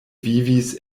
vivis